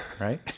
right